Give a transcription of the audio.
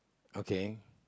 okay